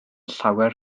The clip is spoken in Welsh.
llawer